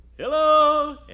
Hello